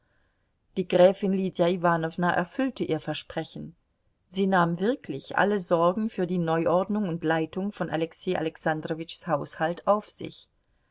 die gräfin lydia iwanowna erfüllte ihr versprechen sie nahm wirklich alle sorgen für die neuordnung und leitung von alexei alexandrowitschs haushalt auf sich